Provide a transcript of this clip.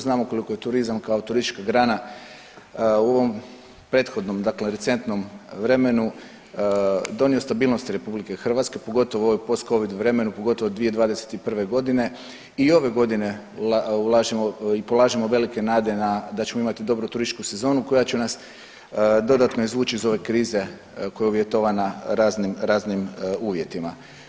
Znamo koliko je turizma kao turistička grana u ovom prethodnom dakle recentnom vremenu donio stabilnosti RH, pogotovo u ovom postcovid vremenu, pogotovo 2021.g. i ove godine ulažemo i polažemo velike nade na, da ćemo imati dobru turističku sezonu koja će nas dodatno izvući iz ove krize koja je uvjetovana raznim, raznim uvjetima.